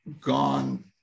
gone